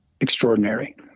extraordinary